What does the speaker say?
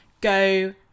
go